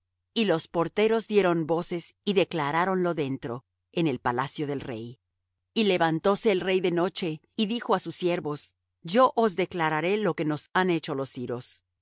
y los porteros dieron voces y declaráronlo dentro en el palacio del rey y levantóse el rey de noche y dijo á sus siervos yo os declararé lo que nos han hecho los siros